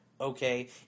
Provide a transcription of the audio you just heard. okay